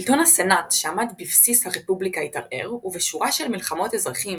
שלטון הסנאט שעמד בבסיס הרפובליקה התערער ובשורה של מלחמות אזרחים